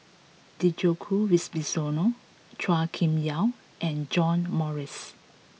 Djoko Wibisono Chua Kim Yeow and John Morrice